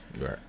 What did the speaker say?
Right